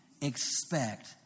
expect